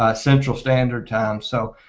ah central standard time so